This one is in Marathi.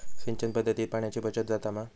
सिंचन पध्दतीत पाणयाची बचत जाता मा?